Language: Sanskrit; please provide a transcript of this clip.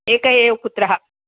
एक एव पुत्रः